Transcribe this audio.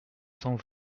cent